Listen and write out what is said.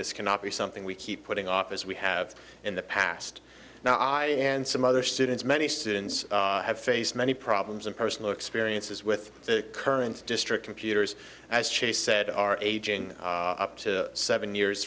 this cannot be something we keep putting off as we have in the past now i and some other students many students have faced many problems and personal experiences with the current district computers as she said are aging up to seven years